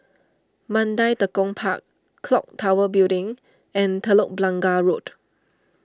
Mandai Tekong Park Clock Tower Building and Telok Blangah Road